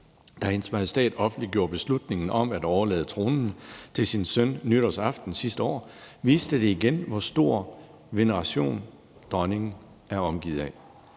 Da hendes majestæt offentliggjorde beslutningen om at overlade tronen til sin søn nytårsaften sidste år, viste det igen, hvor stor veneration dronning Margrethe er omgivet af.